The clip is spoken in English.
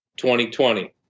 2020